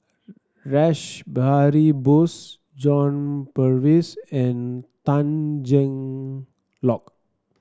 Rash Behari Bose John Purvis and Tan Cheng Lock